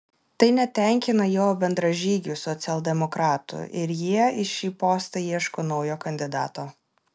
tai netenkina jo bendražygių socialdemokratų ir jie į šį postą ieško naujo kandidato